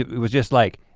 it was just like,